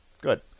Good